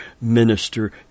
minister